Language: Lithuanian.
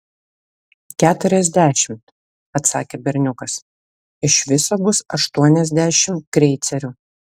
keturiasdešimt atsakė berniukas iš viso bus aštuoniasdešimt kreicerių